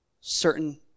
certain